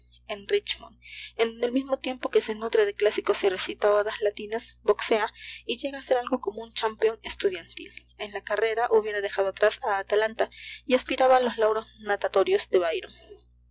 richmond en donde al mismo tiempo que se nutre de clásicos y recita odas latinas boxea y llega a ser algo como un champion estudiantil en la carrera hubiera dejado atrás a atalanta y aspiraba a los lauros natatorios de byron